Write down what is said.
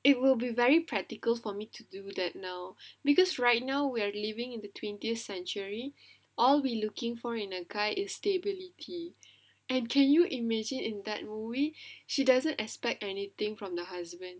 it will be very practical for me to do that now because right now we are living in the twentieth century all we looking for in a guy is stability and can you imagine in that movie she doesn't expect anything from the husband